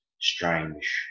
strange